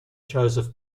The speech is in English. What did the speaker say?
joseph